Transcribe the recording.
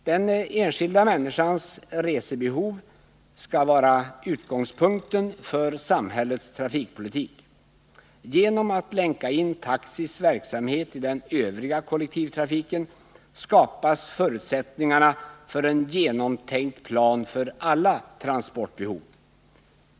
Den enskilda människans resebehov skall vara utgångspunkten för samhällets trafikpolitik. Genom att man länkar in taxis verksamhet i den övriga kollektivtrafiken skapas förutsättningarna för en genomtänkt plan för alla transportbehov.